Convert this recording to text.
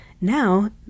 now